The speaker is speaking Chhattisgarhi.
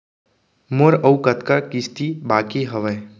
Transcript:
मोर अऊ कतका किसती बाकी हवय?